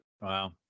Wow